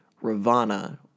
Ravana